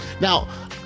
Now